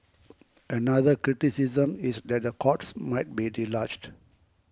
another criticism is that the courts might be deluged